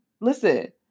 Listen